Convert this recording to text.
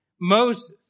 Moses